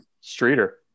streeter